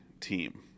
team